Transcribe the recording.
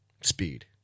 Speed